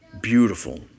beautiful